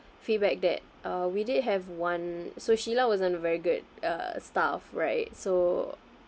feedback that uh we did have one so sheila wasn't a very good uh staff right so